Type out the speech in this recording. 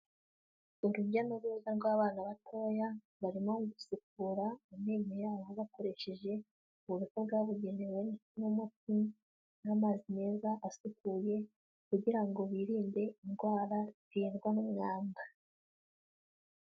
Urujya n'uruza rw'abana batoya, barimo gusukura amenyo yabo bakoresheje uburoso bwabugenewe, n'umuti, n'amazi meza asukuye kugira ngo birinde indwara ziterwa n'umwanda.